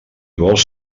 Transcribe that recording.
vols